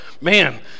man